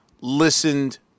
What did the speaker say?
listened